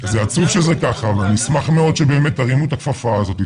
זה עצוב שזה ככה ואני אשמח מאוד שבאמת תרימו ואת הכפפה הזאת,